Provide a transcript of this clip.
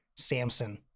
Samson